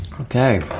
Okay